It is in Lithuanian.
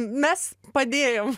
mes padėjom